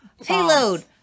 payload